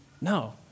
No